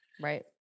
right